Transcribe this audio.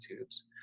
tubes